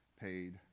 paid